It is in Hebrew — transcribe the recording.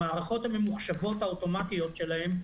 במערכות הממוחשבות האוטומטיות שלהם,